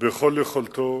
בכל יכולתו